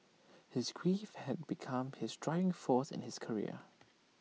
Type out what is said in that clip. his grief had become his driving force in his career